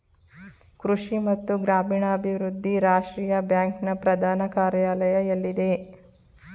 ಕೃಷಿ ಮತ್ತು ಗ್ರಾಮೀಣಾಭಿವೃದ್ಧಿ ರಾಷ್ಟ್ರೀಯ ಬ್ಯಾಂಕ್ ನ ಪ್ರಧಾನ ಕಾರ್ಯಾಲಯ ಎಲ್ಲಿದೆ?